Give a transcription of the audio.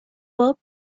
pop